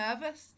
nervous